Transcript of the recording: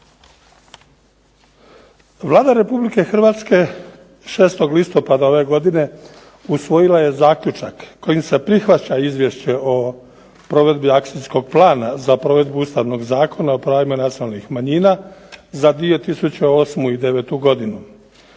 Vlada Republike Hrvatske 6. listopada ove godine usvojila je zaključak kojim se prihvaća Izvješće o provedbi akacijskog plana za provedbu Ustavnog zakona o pravima nacionalnih manjina za 2008. i 2009. godinu,